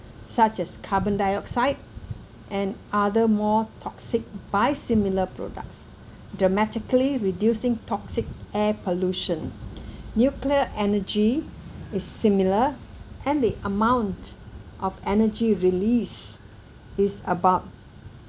such as carbon dioxide and other more toxic by similar products dramatically reducing toxic air pollution nuclear energy is similar and the amount of energy released is about